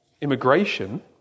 immigration